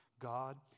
God